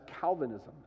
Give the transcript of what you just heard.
Calvinism